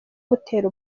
gutera